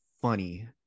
funny